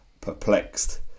perplexed